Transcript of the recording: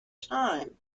time